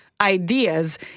ideas